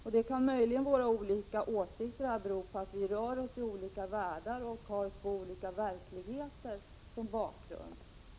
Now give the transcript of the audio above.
Att vi har olika åsikter kan möjligen bero på att vi rör oss i olika världar och har två olika verkligheter som bakgrund.